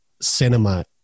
cinema